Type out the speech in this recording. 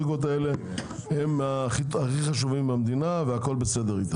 הבנתי שהקונצרנים האלה הם הכי חשובים במדינה והכל בסדר איתם.